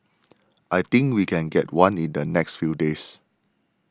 I think we can get one in the next few days